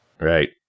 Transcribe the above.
Right